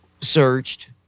searched